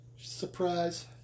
surprise